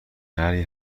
نری